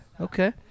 Okay